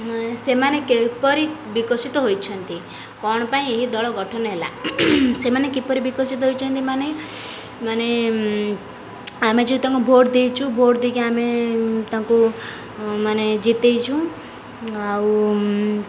ସେମାନେ କିପରି ବିକଶିତ ହୋଇଛନ୍ତି କ'ଣ ପାଇଁ ଏହି ଦଳ ଗଠନ ହେଲା ସେମାନେ କିପରି ବିକଶିତ ହୋଇଛନ୍ତି ମାନେ ମାନେ ଆମେ ଯେ ତାଙ୍କୁ ଭୋଟ୍ ଦେଇଛୁ ଭୋଟ୍ ଦେଇକି ଆମେ ତାଙ୍କୁ ମାନେ ଜିତେଇଛୁ ଆଉ